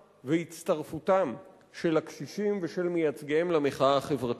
והצטרפותם של הקשישים ושל מייצגיהם למחאה החברתית.